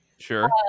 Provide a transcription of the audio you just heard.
Sure